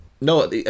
No